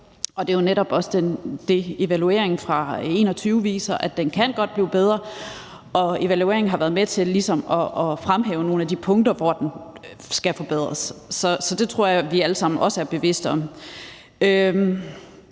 Det er jo netop også det, evalueringen fra 2021 viser: Den kan godt blive bedre. Og evalueringen har været med til ligesom at fremhæve nogle af de punkter, hvor den skal forbedres. Så det tror jeg vi alle sammen også er bevidste om.